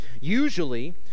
usually